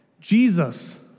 Jesus